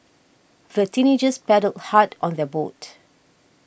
the teenagers paddled hard on their boat